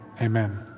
Amen